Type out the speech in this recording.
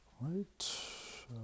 Right